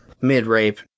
Mid-rape